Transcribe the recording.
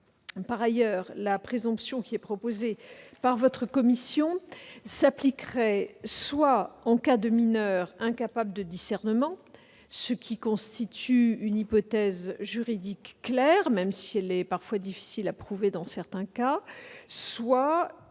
Par ailleurs, la présomption qui est proposée par votre commission s'appliquerait, soit pour des mineurs incapables de discernement, ce qui constitue une hypothèse juridique claire, même si elle est difficile à prouver dans certains cas, soit